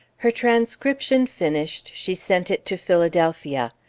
her transcription finished, she sent it to philadelphia.